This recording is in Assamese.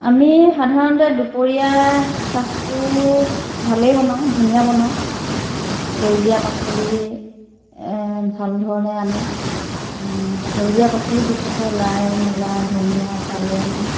আমি সাধাৰণতে দুপৰীয়া সাঁজটো ভালেই বনাওঁ ধুনীয়া বনাওঁ সেউজীয়া পাচলি ভাল ধৰণে আনোঁ সেউজীয়া পাচলি বিশেষকৈ লাই মূলা ধনিয়া পালেং